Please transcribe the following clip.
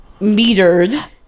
metered